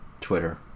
Twitter